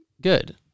Good